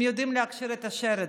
הם יודעים להכשיר את השרץ,